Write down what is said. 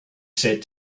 said